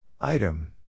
Item